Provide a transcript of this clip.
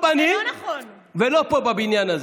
רצו לזרוק אותם במריצות למזבלה, ובשיח של הקורונה,